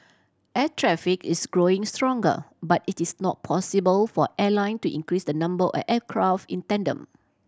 air traffic is growing stronger but it is not possible for airline to increase the number of aircraft in tandem